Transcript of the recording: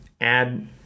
add